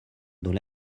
dont